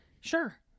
sure